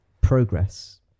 progress